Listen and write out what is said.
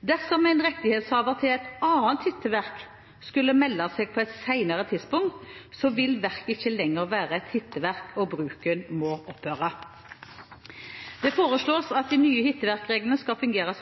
Dersom en rettighetshaver til et annet hitteverk skulle melde seg på et senere tidspunkt, vil verket ikke lenger være et hitteverk, og bruken må opphøre. Det foreslås at de nye hitteverkreglene skal fungere